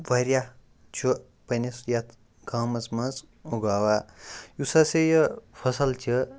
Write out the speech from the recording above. واریاہ چھُ پنٛنِس یَتھ گامَس منٛز اُگاوان یُس ہَسا یہِ فصل چھِ